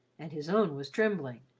and his own was trembling.